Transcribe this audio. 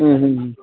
ಹ್ಞೂ ಹ್ಞೂ ಹ್ಞೂ